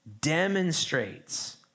demonstrates